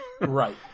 right